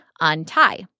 untie